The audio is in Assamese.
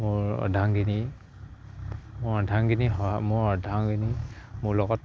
মোৰ অৰ্ধাঙ্গিনী মোৰ অৰ্ধাঙ্গিনী সহায় মোৰ অৰ্ধাঙ্গিনী মোৰ লগত